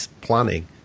planning